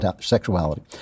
sexuality